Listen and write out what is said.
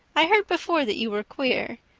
i heard before that you were queer.